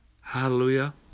Hallelujah